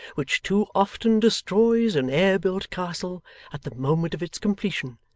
which too often destroys an air-built castle at the moment of its completion,